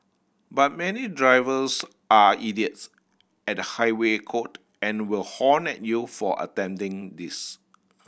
but many drivers are idiots at the highway code and will honk at you for attempting this